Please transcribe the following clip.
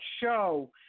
show